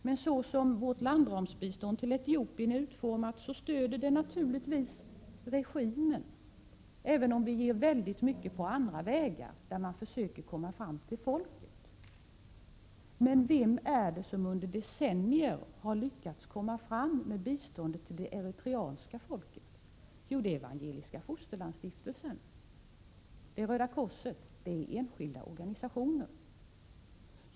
Men såsom landramsbiståndet till Etiopien är utformat stöder det naturligtvis regimen, även om vi ger mycket på andra vägar, där man försöker nå fram till folket. Men vem är det som under decennier har lyckats komma fram med bistånd till det eritreanska folket? Jo, det är Evangeliska fosterlandsstiftelsen, Röda korset, enskilda organisationer.